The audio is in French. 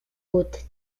hautes